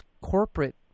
corporate